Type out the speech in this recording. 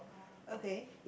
okay